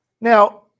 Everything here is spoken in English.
Now